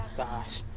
gosh.